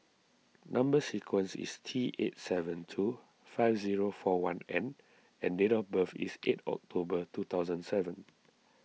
Number Sequence is T eight seven two five zero four one N and date of birth is eight October two thousand seven